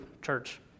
Church